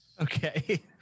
Okay